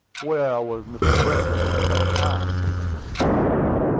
where was mr. brickland at that time? demanded cornwood.